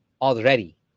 already